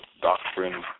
doctrine